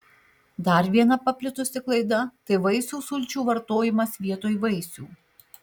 dar viena paplitusi klaida tai vaisių sulčių vartojimas vietoj vaisių